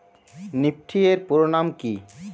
Nifty এর পুরোনাম কী?